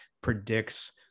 predicts